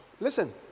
Listen